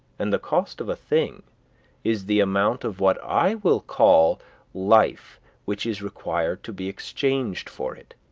and the cost of a thing is the amount of what i will call life which is required to be exchanged for it,